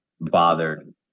bothered